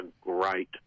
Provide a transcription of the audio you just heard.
great